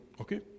okay